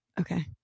Okay